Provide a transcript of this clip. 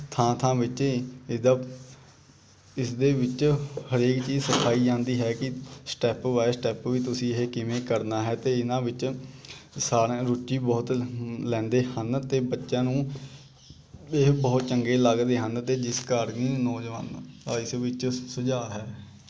ਥਾਂ ਥਾਂ ਵਿੱਚ ਇਹਦਾ ਇਸਦੇ ਵਿੱਚ ਹਰੇਕ ਚੀਜ਼ ਸਿਖਾਈ ਜਾਂਦੀ ਹੈ ਕਿ ਸਟੈਪ ਬਾਏ ਸਟੈਪ ਵੀ ਤੁਸੀਂ ਇਹ ਕਿਵੇਂ ਕਰਨਾ ਹੈ ਅਤੇ ਇਹਨਾਂ ਵਿੱਚ ਸਾਰੇ ਰੁਚੀ ਬਹੁਤ ਲੈਂਦੇ ਹਨ ਅਤੇ ਬੱਚਿਆਂ ਨੂੰ ਇਹ ਬਹੁਤ ਚੰਗੇ ਲੱਗਦੇ ਹਨ ਅਤੇ ਜਿਸ ਕਾਰਨ ਨੌਜਵਾਨ ਇਸ ਵਿੱਚ ਸੁਝਾਅ ਹੈ